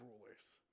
rulers